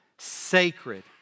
sacred